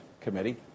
Committee